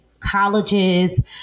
Colleges